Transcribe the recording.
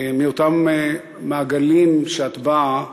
מאותם מעגלים שמהם את באה,